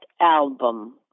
Album